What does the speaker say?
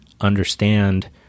understand